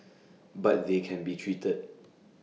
but they can be treated